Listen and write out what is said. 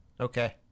Okay